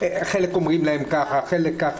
חלק אומרים להם כך, חלק אומרים להם כך.